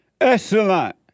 Excellent